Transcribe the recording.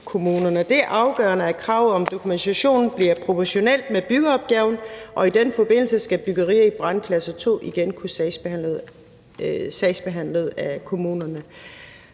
Det er afgørende, at kravet om dokumentation bliver proportionelt med byggeopgaven, og i den forbindelse skal byggeri i brandklasse 2 igen kunne blive sagsbehandlet af kommunerne.